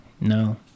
No